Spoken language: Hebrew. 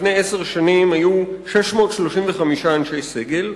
לפני עשר שנים היו 635 אנשי סגל,